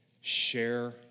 Share